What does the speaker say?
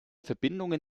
verbindungen